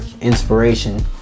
inspiration